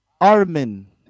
Armin